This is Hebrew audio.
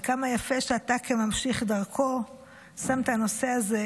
וכמה יפה שאתה כממשיך דרכו שם את הנושא הזה